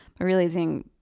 Realizing